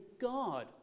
God